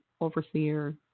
Overseer